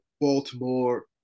Baltimore